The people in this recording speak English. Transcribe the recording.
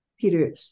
Peter